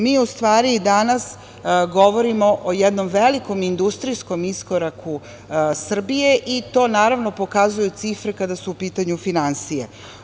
Mi u stvari danas govorimo o jednom velikom industrijskom iskoraku Srbije i to naravno, pokazuju cifre, kada su u pitanju finansije.